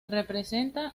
representa